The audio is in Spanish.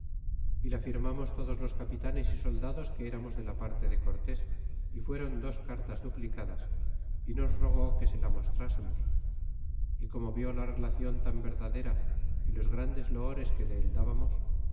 y la firmamos todos los capitanes y soldados que eramos de la parle de cortés ú fuéron dos cartas duplicadas y nos rogó que se la mostrásemos y como viú la relacion tan verdadera y los grandes loores que dél